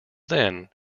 then